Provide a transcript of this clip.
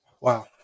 Wow